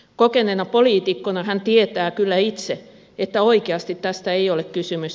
kokeneena poliitikkona hän tietää kyllä itse että oikeasti tästä ei ole kysymys